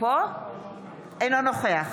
אינו נוכח